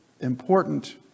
important